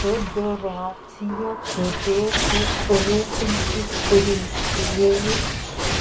federacija turėtų rūpintis rinktinėmis